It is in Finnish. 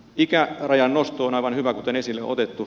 ikärajan nosto on aivan hyvä kuten esille on otettu